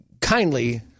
kindly